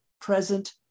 present